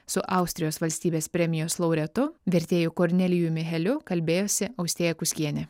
su austrijos valstybės premijos laureatu vertėju kornelijumi heliu kalbėjosi austėja kuskienė